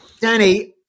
Danny